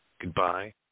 Goodbye